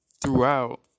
throughout